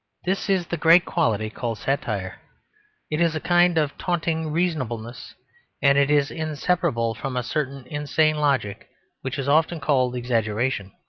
this is the great quality called satire it is a kind of taunting reasonableness and it is inseparable from a certain insane logic which is often called exaggeration.